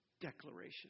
declaration